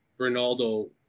Ronaldo